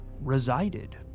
resided